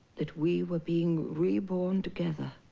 that we were being reborn together.